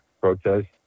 protest